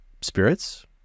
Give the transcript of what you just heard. spirits